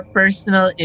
personal